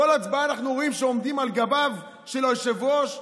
בכל הצבעה אנחנו רואים שעומדים על גביו של היושב-ראש.